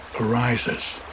arises